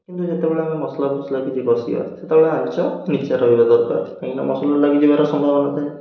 କିନ୍ତୁ ଯେତେବେଳେ ଆମେ ମସଲାଫସଲା କିଛି କଷିବା ସେତେବେଳେ ଆଞ୍ଚ ନିଚା ରହିବା ଦରକାର କାହିଁକି ମସଲା ଲାଗିଯିବାର ସମ୍ଭାବନା ଥାଏ